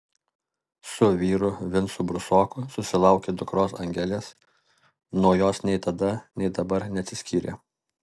su vyru vincu brusoku susilaukė dukros angelės nuo jos nei tada nei dabar neatsiskyrė